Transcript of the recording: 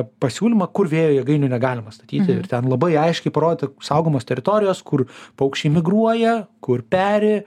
pasiūlymą kur vėjo jėgainių negalima statyti ir ten labai aiškiai parodyta saugomos teritorijos kur paukščiai migruoja kur peri